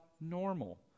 normal